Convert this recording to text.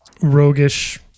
roguish